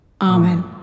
Amen